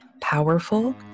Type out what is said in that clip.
powerful